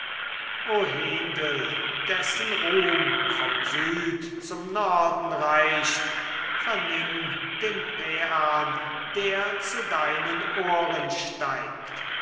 dessen ruhm vom süd zum norden reicht vernimm den päan der zu deinen ohren steigt